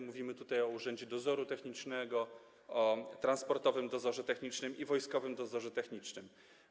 Mówimy tutaj o Urzędzie Dozoru Technicznego, o Transportowym Dozorze Technicznym i Wojskowym Dozorze Technicznym.